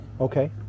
Okay